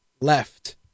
left